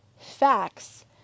facts